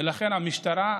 ולכן, המשטרה,